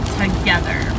together